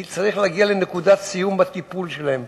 כי צריך להגיע לנקודת סיום בטיפול בהן.